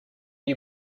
you